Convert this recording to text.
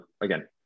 again